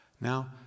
Now